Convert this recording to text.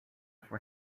for